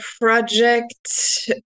Project